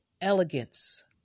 elegance